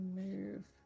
move